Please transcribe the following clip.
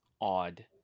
Odd